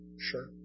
Sure